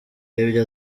y’ibyo